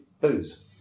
booze